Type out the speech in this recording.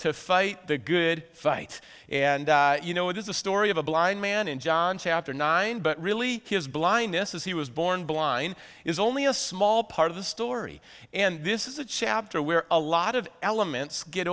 to fight the good fight and you know it is a story of a blind man in john chapter nine but really his blindness as he was born blind is only a small part of the story and this is a chapter where a lot of elements get